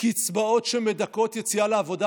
בקצבאות שמדכאות יציאה לעבודה,